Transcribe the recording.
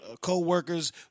co-workers